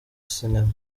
sinema